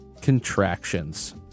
contractions